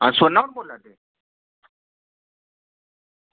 आं शोना होर बोल्ला दे